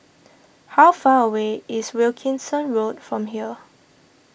how far away is Wilkinson Road from here